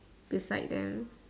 beside them